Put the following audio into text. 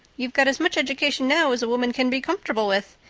you've got as much education now as a woman can be comfortable with.